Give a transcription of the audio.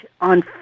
on